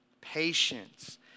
patience